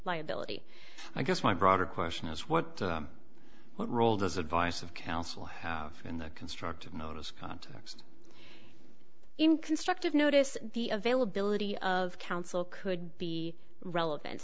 liability i guess my broader question is what what role does advice of counsel have in the constructive notice context in constructive notice the availability of counsel could be relevant